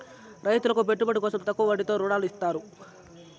రైతులకు పెట్టుబడి కోసం తక్కువ వడ్డీతో ఋణాలు ఇత్తారు